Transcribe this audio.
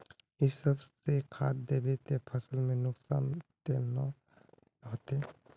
इ सब जे खाद दबे ते फसल में कुछ नुकसान ते नय ने होते